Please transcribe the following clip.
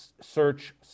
search